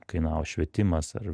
kainavo švietimas ar